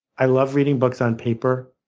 i love reading books on paper.